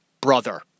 brother